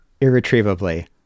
irretrievably